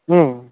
ம்